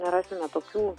nerasime tokių